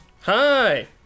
hi